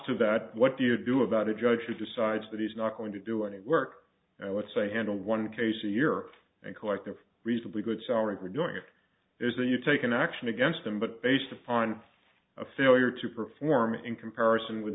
to that what do you do about a judge who decides that he's not going to do any work i would say handle one case a year and collect a reasonably good souring for doing it is that you take an action against them but based upon a failure to perform in comparison with